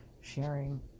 sharing